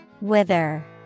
Wither